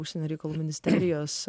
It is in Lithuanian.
užsienio reikalų ministerijos